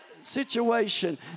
situation